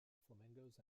flamingos